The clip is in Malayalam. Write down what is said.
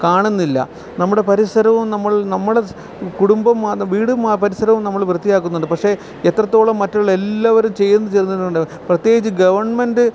കാണുന്നില്ല നമ്മുടെ പരിസരവും നമ്മൾ നമ്മുടെ കുടുംബം വീടും ആ പരിസരവും നമ്മള് വൃത്തിയാക്കുന്നുണ്ട് പക്ഷെ എത്രത്തോളം മറ്റുള്ള എല്ലാവരും ചെയ്യുന്ന ചേർന്നിട്ടുണ്ട് പ്രത്യേകിച്ച് ഗവൺമെൻ്റെ്